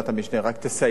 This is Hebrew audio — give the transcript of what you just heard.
רק תסייע לנו,